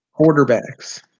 quarterbacks